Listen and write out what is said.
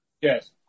Yes